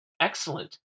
excellent